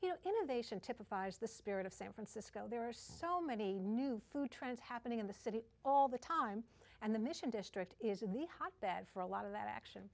typifies the spirit of san francisco there are so many new food trends happening in the city all the time and the mission district is in the hotbed for a lot of that action